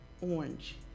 orange